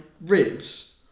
ribs